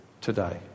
today